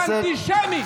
אנטישמי.